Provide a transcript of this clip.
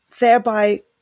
thereby